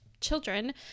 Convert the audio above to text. children